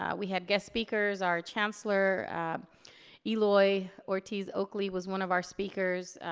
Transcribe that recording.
ah we had guest speakers, our chancellor eloy ortiz oakley was one of our speakers.